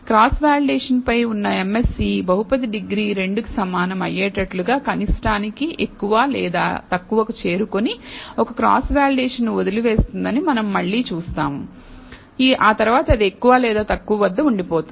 cross validation పై ఉన్న MSE బహుపది డిగ్రీ 2 కి సమానం అయ్యేటట్లుగా కనిష్టానికి ఎక్కువ లేదా తక్కువకు చేరుకుని ఒక క్రాస్ వాలిడేషన్ ను వదిలివేస్తుందని మనం మళ్ళీ చూస్తాము ఆ తర్వాత అది ఎక్కువ లేదా తక్కువ వద్ద ఉండిపోతుంది